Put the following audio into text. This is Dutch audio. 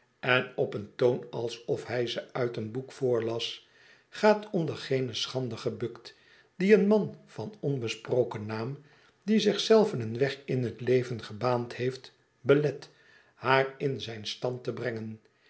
en opeen toon alsof hij ze uit een boek voorlas i gaat onder geene schande gebukt die een man van onbesproken naam die zich zelven een weg in dit leven gebaand heeft belet haar in zijn stand te brengen